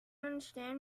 understand